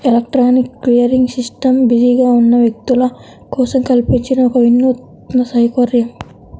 electronic clearing system బిజీగా ఉన్న వ్యక్తుల కోసం కల్పించిన ఒక వినూత్న సౌకర్యం